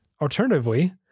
Alternatively